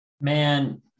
Man